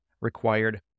required